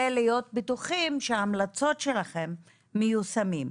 ולהיות בטוחים שההמלצות שלכם מיושמות.